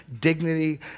dignity